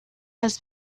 has